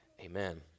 Amen